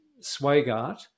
Swagart